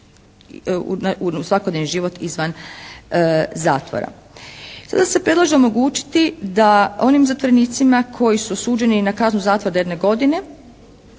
u svakodnevni život izvan zatvora. Sada se predlaže omogućiti da onim zatvorenicima koji su suđeni na kaznu zatvora do jedne godine,